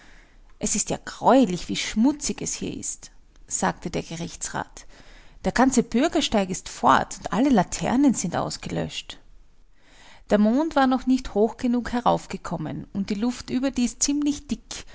es ist ja greulich wie schmutzig es hier ist sagte der gerichtsrat der ganze bürgersteig ist fort und alle laternen sind ausgelöscht der mond war noch nicht hoch genug heraufgekommen und die luft überdies ziemlich dick